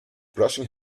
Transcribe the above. brushing